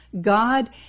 God